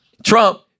Trump